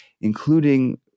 including